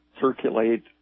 circulate